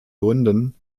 gründen